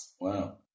Wow